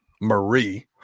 Marie